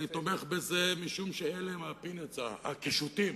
אני תומך משום שאלה ה"פינטס", הקישוטים